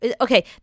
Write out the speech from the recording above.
Okay